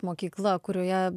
mokykla kurioje